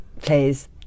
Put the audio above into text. plays